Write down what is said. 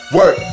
Work